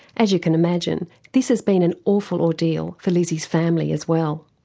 as you can imagine this has been an awful ordeal for lizzy's family as well.